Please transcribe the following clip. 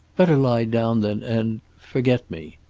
better lie down, then, and forget me.